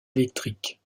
électrique